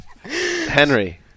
Henry